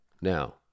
Now